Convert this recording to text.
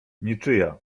niczyja